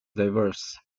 diverse